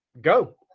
go